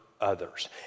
others